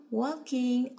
walking